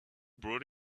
brought